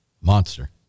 Monster